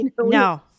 No